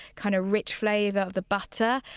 kind of rich flavor of the butter,